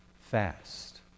fast